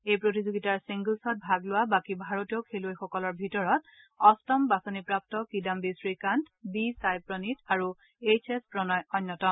এই প্ৰতিযোগিতাৰ ছিংগলছত ভাগ লোৱা বাকী ভাৰতীয় খেলুৱৈসকলৰ ভিতৰত অষ্টম বাছনিপ্ৰাপ্ত কিদাম্বি শ্ৰীকান্ত বি সাই প্ৰণিত আৰু এইচ এছ প্ৰণয় অন্যতম